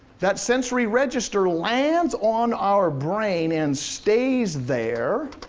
that sensory register lands on our brain and stays there,